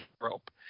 rope